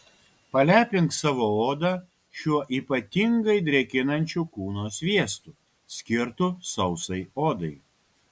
palepink savo odą šiuo ypatingai drėkinančiu kūno sviestu skirtu sausai odai